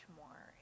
more